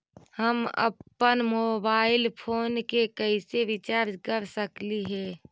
हम अप्पन mobile phone के कैसे रिचार्ज कर सकली हे?